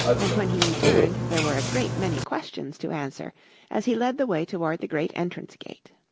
and when he returned there were a great many questions to answer as he led the way toward the great entrance gate.